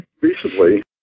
recently